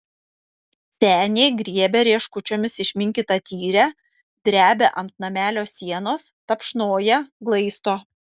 senė griebia rieškučiomis išminkytą tyrę drebia ant namelio sienos tapšnoja glaisto